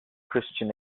christian